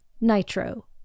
Nitro